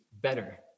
better